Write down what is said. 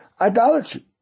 idolatry